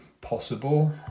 possible